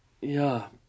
Ja